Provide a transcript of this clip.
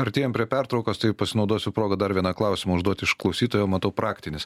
artėjam prie pertraukos tai pasinaudosiu proga dar vieną klausimą užduoti iš klausytojo matau praktinis